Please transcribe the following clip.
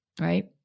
Right